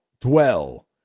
dwell